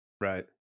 Right